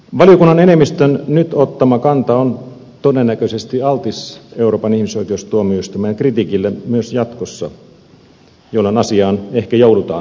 valiokunnan enemmistön nyt ottama kanta on todennäköisesti altis euroopan ihmisoikeustuomioistuimen kritiikille myös jatkossa jolloin asiaan ehkä joudutaan palaamaan